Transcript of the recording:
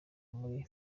muri